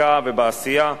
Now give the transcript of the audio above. בחקיקה ובעשייה.